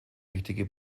wichtige